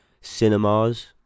cinemas